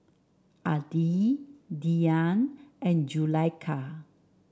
Adi Dian and Zulaikha